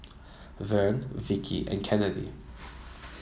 Vern Vickie and Kennedy